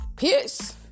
Peace